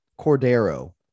Cordero